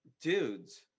dudes